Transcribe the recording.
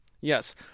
Yes